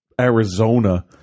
Arizona